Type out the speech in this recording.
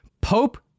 Pope